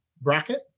bracket